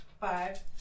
Five